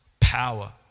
power